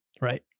Right